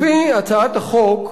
לפי הצעת החוק,